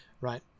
right